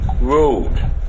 road